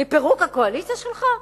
מפירוק הקואליציה שלך?